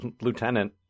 lieutenant